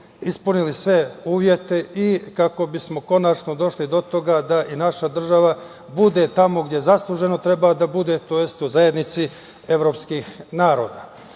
ispunili sve uslove i kako bismo konačno došli do toga da i naša država bude tamo gde zasluženo treba da bude, to jest u zajednici evropskih naroda. Sve